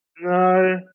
No